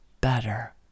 better